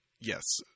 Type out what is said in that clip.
yes